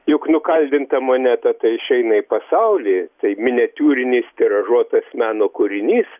juk nukaldinta moneta tai išeina į pasaulį tai miniatiūrinis tiražuotas meno kūrinys